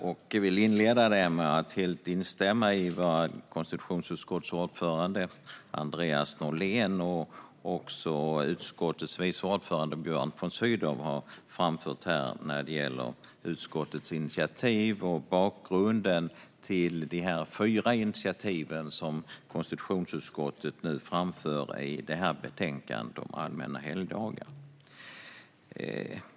Jag vill inleda med att helt instämma i vad konstitutionsutskottets ordförande Andreas Norlén och utskottets vice ordförande Björn von Sydow har framfört när det gäller utskottets initiativ och bakgrunden till de fyra initiativ som konstitutionsutskottet nu framför i detta betänkande om allmänna helgdagar.